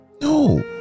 No